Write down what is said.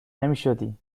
نمیشدیم